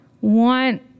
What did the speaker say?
want